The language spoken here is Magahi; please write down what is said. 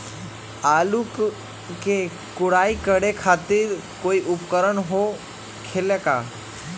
आलू के कोराई करे खातिर कोई उपकरण हो खेला का?